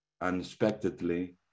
unexpectedly